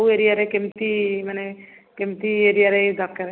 କେଉଁ ଏରିଆରେ କେମିତି ମାନେ କେମିତି ଏରିଆ ରେ ଦରକାର୍